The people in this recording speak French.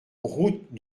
route